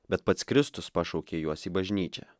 bet pats kristus pašaukė juos į bažnyčią